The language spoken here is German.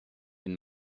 den